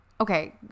okay